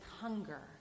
hunger